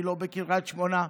בנהריה.